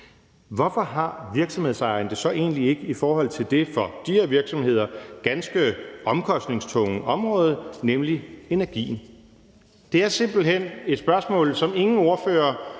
Hvorfor har virksomhedsejerne det så egentlig ikke i forhold til det for de her virksomheder ganske omkostningstunge område, nemlig energien? Det er simpelt hen et spørgsmål, som ingen ordfører